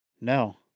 No